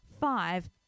Five